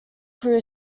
crew